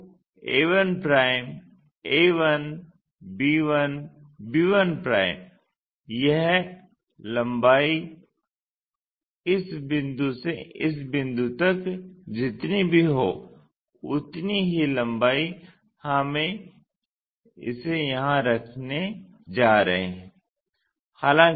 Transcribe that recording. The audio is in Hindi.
तो a1 a1 b1 b1 यह लंबाई इस बिंदु से इस बिंदु तक जितनी भी हो उतनी ही लंबाई हम इसे यहां रखने जा रहे हैं